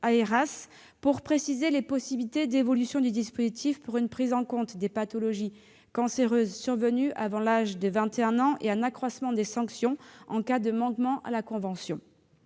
-pour préciser les possibilités d'évolution du dispositif pour une prise en compte des pathologies cancéreuses survenues avant l'âge de 21 ans et un accroissement des sanctions en cas de manquements à la convention.